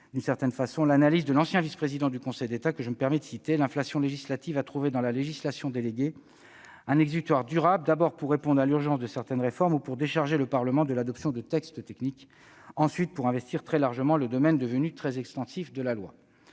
empirique l'analyse de l'ancien vice-président du Conseil d'État :« L'inflation législative [...] a trouvé dans la législation déléguée un exutoire durable, d'abord, pour répondre à l'urgence de certaines réformes ou pour décharger le Parlement de l'adoption de textes techniques [...], ensuite, pour investir très largement le domaine devenu très extensif de la loi